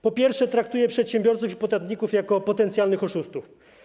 Po pierwsze - traktuje przedsiębiorców i podatników jako potencjalnych oszustów.